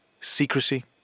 secrecy